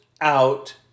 out